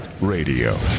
radio